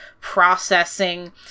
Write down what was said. processing